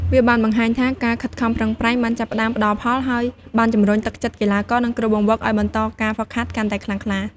វាបានបង្ហាញថាការខិតខំប្រឹងប្រែងបានចាប់ផ្ដើមផ្ដល់ផល ហើយបានជំរុញទឹកចិត្តកីឡាករ និងគ្រូបង្វឹកឲ្យបន្តការហ្វឹកហាត់កាន់តែខ្លាំងក្លា។